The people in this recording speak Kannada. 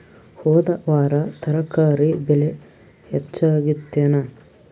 ಹೊದ ವಾರ ತರಕಾರಿ ಬೆಲೆ ಹೆಚ್ಚಾಗಿತ್ತೇನ?